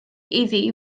iddi